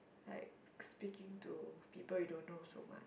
like speaking to people you don't know so much